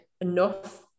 enough